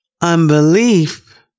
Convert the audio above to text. unbelief